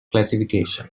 classification